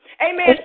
Amen